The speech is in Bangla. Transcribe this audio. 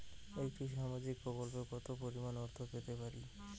একটি সামাজিক প্রকল্পে কতো পরিমাণ অর্থ পেতে পারি?